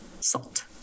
salt